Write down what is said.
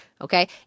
okay